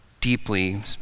deeply